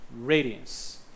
radiance